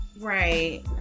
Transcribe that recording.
right